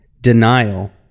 Denial